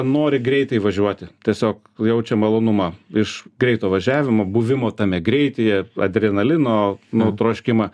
nori greitai važiuoti tiesiog jaučia malonumą iš greito važiavimo buvimo tame greityje adrenalino nu troškimą